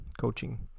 coaching